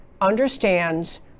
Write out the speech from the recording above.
understands